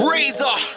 Razor